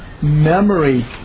memory